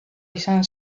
izan